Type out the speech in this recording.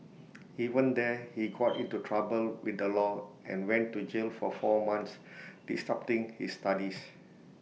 even there he got into trouble with the law and went to jail for four months disrupting his studies